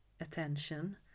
attention